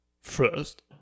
first